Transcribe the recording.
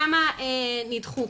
כמה נדחו,